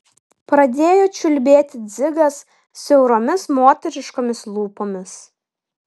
pradėjo čiulbėti dzigas siauromis moteriškomis lūpomis